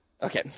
Okay